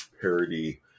parody